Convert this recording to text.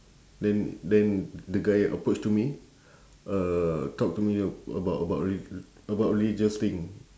then then the guy approach to me uh talk to me a~ about about rel~ about religious thing